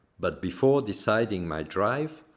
but before deciding my drive,